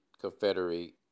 confederate